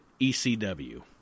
ECW